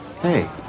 Hey